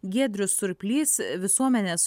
giedrius surplys visuomenės